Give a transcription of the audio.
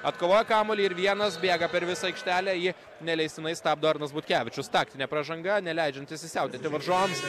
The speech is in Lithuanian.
atkovoja kamuolį ir vienas bėga per visą aikštelę jį neleistinai stabdo arnas butkevičius taktinė pražanga neleidžianti įsisiautėti varžovams